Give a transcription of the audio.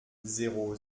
zéro